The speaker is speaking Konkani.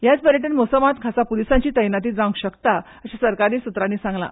हयाच पर्यटन मोसमात खासा प्लिसांची तैनाती जावंक शकता अशें सरकारी सुत्रांनी सांगला